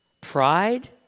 pride